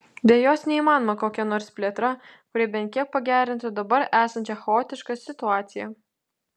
be jos neįmanoma kokia nors plėtra kuri bent kiek pagerintų dabar esančią chaotišką situaciją